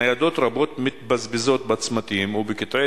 ניידות רבות "מתבזבזות" בצמתים ובקטעי